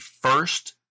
first